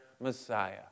Messiah